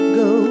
go